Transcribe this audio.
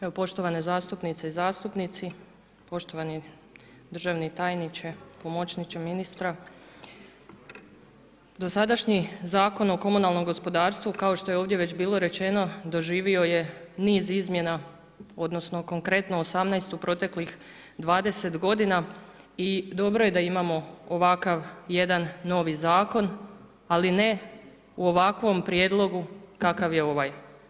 Evo poštovane zastupnice i zastupnici, poštovani državni tajniče, pomoćniče ministra dosadašnji Zakon o komunalnom gospodarstvu kao što je ovdje već bilo rečeno doživio je niz izmjena, odnosno konkretno osamnaest u proteklih 20 godina i dobro je da imamo jedan ovakav novi zakon ali ne u ovakvom prijedlogu kakav je ovaj.